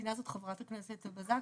וציינה זאת חברת הכנסת בזק,